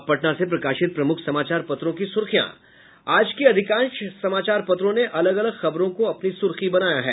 अब पटना से प्रकाशित प्रमुख समाचार पत्रों की सुर्खियां आज के अधिकांश समाचार पत्रों ने अलग अलग खबरों को अपनी सूर्खी बनायी है